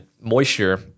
moisture